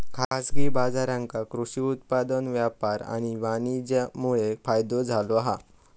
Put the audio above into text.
खाजगी बाजारांका कृषि उत्पादन व्यापार आणि वाणीज्यमुळे फायदो झालो हा